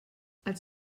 als